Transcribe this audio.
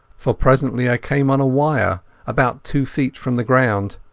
for presently i came on a wire about two feet from the ground.